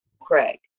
Craig